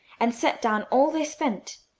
and set down all they spent,